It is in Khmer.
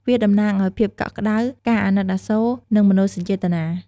វាតំណាងឱ្យភាពកក់ក្តៅ ការអាណិតអាសូរ និងមនោសញ្ចេតនា។